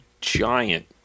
giant